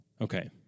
Okay